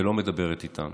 ולא מדברת איתם